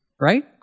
right